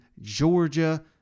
Georgia